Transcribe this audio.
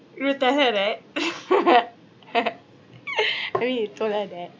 you tell her that I mean you told her that